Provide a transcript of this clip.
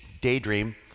daydream